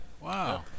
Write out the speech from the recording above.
Wow